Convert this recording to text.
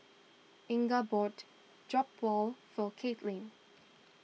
Inga bought Jokbal for Kaelyn